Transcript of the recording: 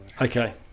Okay